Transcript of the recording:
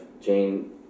Jane